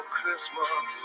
Christmas